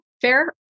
fair